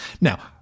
Now